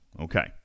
Okay